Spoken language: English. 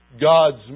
God's